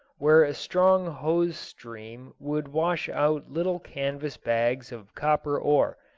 where a strong hose-stream would wash out little canvas bags of copper ore,